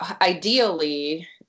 ideally